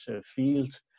field